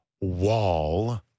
Wall